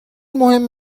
مهم